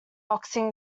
boxing